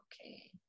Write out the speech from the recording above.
okay